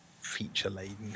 feature-laden